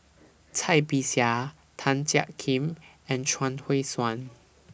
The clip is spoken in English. Cai Bixia Tan Jiak Kim and Chuang Hui Tsuan